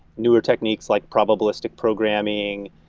newer techniques like probabilistic programming.